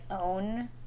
own